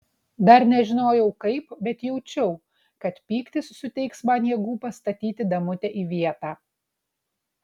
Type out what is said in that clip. dar nežinojau kaip bet jaučiau kad pyktis suteiks man jėgų pastatyti damutę į vietą